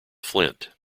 flint